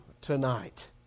tonight